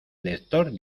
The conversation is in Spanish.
lector